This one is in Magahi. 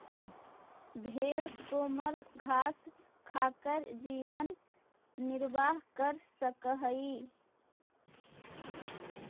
भेंड कोमल घास खाकर जीवन निर्वाह कर सकअ हई